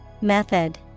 Method